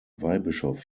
weihbischof